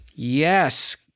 Yes